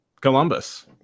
Columbus